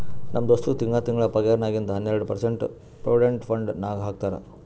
ನಮ್ ದೋಸ್ತಗ್ ತಿಂಗಳಾ ತಿಂಗಳಾ ಪಗಾರ್ನಾಗಿಂದ್ ಹನ್ನೆರ್ಡ ಪರ್ಸೆಂಟ್ ಪ್ರೊವಿಡೆಂಟ್ ಫಂಡ್ ನಾಗ್ ಹಾಕ್ತಾರ್